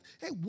hey